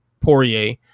Poirier